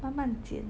慢慢剪